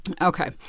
Okay